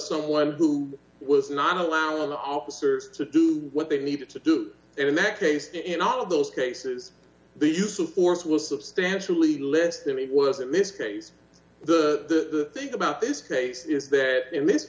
someone who was not allowing the officers to do what they needed to do and in that case in all of those cases the use of force was substantially less than he was at myspace the think about this case is that in this